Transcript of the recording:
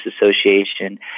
Association